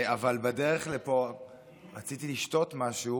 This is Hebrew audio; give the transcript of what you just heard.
אבל בדרך לפה רציתי לשתות משהו